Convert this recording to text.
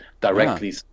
directly